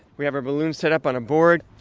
we have our balloons set up on a board.